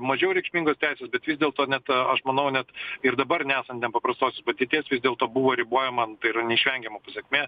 mažiau reikšmingos teisės bet vis dėlto net aš manau net ir dabar nesant nepaprastosios padėties vis dėlto buvo ribojama nu tai yra neišvengiama pasekmė